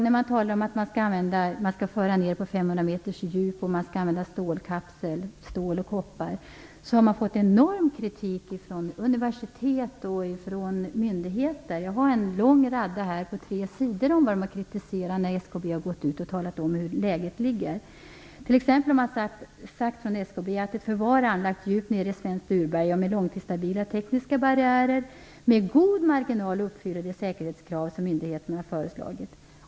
När man talar om att avfallet skall föras ned på 500 meters djup och att man skall använda en kapsel av stål och koppar, har man kritiserats enormt från universitet och myndigheter. Jag har här tre sidor där SKB har kritiserats när man har gått ut och redogjort för läget. Från SKB har man t.ex. sagt att "ett förvar anlagt djupt nere i svenskt urberg och med långtidsstabila tekniska barriärer med god marginal uppfyller de säkerhetskrav som myndigheterna föreslagit".